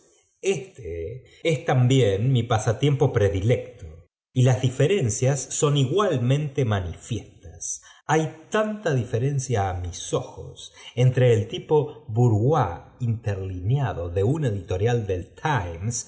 éste es también mi pasatiempo predilecto y las diferencias son igualmente manifiestas hay tanta diferencia á míe ojos entre el tipo bourgeoi interlineado de un editorial del times